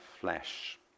flesh